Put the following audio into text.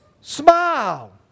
smile